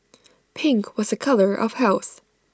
pink was A colour of health